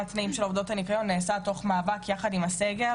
התנאים של עובדות הניקיון נעשה תוך מאבק יחס עם הסגל,